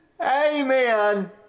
Amen